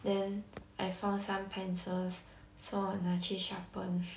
then I found some pencils so 我拿去 sharpen